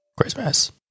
Christmas